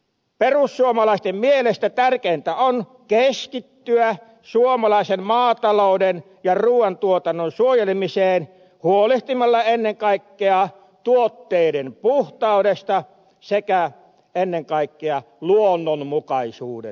perussuomalaisten mielestä tärkeintä on keskittyä suomalaisen maatalouden ja ruuantuotannon suojelemiseen huolehtimalla ennen kaikkea tuotteiden puhtaudesta sekä ennen kaikkea luonnonmukaisuudesta